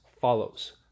follows